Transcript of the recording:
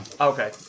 Okay